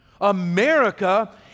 America